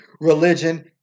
religion